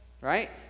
Right